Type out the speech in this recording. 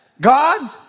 God